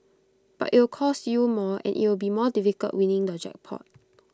but it'll cost you more and IT will be more difficult winning the jackpot